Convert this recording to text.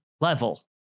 level